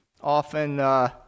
often